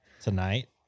tonight